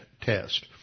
test